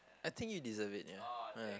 I think you deserve it ya ah